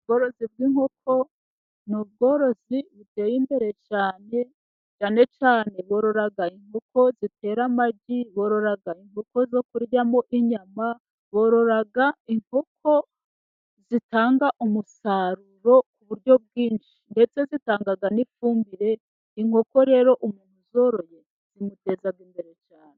Ubworozi bw'inkoko, n'ubworozi buteye imbere cyane, cyane cyane borora inkoko zitera amagi, borora inkoko zo kuryamo inyama, borora inkoko zitanga umusaruro ku buryo bwinshi, ndetse zitanga n'ifumbire, inkoko rero umuntu uzoroye zimuteza imbere cyane.